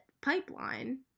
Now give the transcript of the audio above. pipeline